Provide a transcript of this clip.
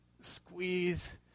squeeze